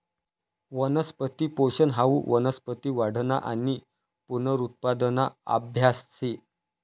वनस्पती पोषन हाऊ वनस्पती वाढना आणि पुनरुत्पादना आभ्यास शे